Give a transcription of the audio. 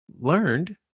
learned